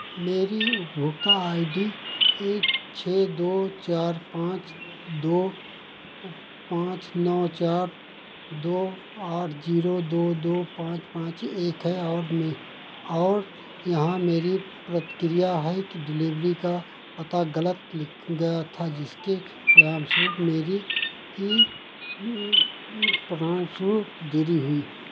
मेरी उपभोक्ता I D छे दो चार पाँच दो पाँच नौ चार दो आठ ज़ीरो दो दो पाँच पाँच एक है और और यहाँ मेरी प्रतिक्रिया है कि डिलेवरी का पता गलत लिख गया था जिसके परिणामस्वरूप मेरी परिणामस्वरूप देरी हुई